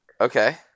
Okay